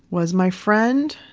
was my friend,